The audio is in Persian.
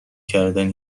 کردن